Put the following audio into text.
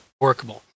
workable